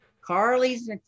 Carly's